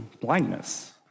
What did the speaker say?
blindness